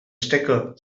stecker